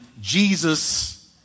Jesus